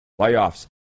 playoffs